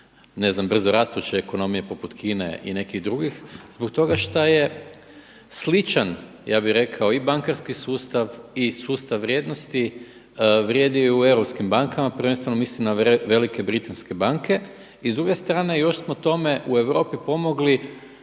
ne znam, brzorastuče ekonomije poput Kine i nekih drugih? Zbog toga šta je sličan ja bih rekao i bankarski sustav i sustav vrijednosti vrijedi i u europskim bankama, prvenstveno mislim na velike britanske banke. I s druge strane još smo tome u Europi pomogli